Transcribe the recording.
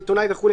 עיתונאי וכו',